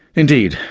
indeed,